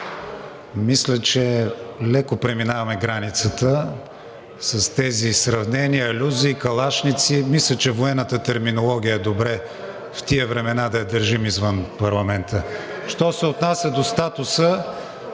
мисля, че леко преминаваме границата с тези сравнения, алюзии, калашници. Мисля, че военната терминология е добре в тези времена да я държим извън парламента. Що се отнася до статуса,